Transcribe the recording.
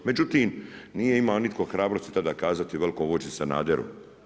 Međutim, nije imao nitko hrabrosti kazati velikom vođi Sanaderu.